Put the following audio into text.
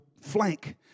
flank